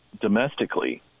domestically